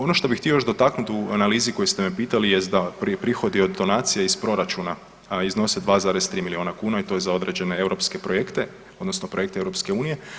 Ono što bih htio još dotaknut u analizi koju ste me pitali jest da prije prihodi od donacija iz proračuna iznose 2,3 miliona kuna i to je za određene europske projekte odnosno projekte EU.